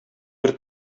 бер